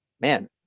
man